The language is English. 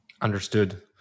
Understood